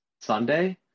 Sunday